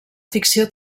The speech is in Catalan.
ficció